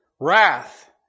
Wrath